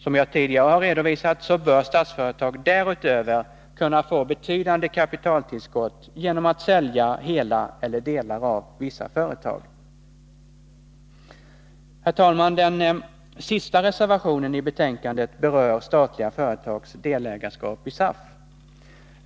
Som jag tidigare har redovisat, bör Statsföretag därutöver kunna få betydande kapitaltillskott genom att sälja hela eller delar av vissa företag. Herr talman! Den sista reservationen i betänkandet berör statliga företags delägarskap i SAF.